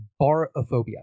barophobia